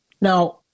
Now –